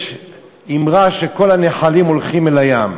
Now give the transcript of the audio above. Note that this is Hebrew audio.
יש אמרה שכל הנחלים הולכים אל הים.